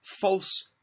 false